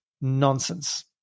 nonsense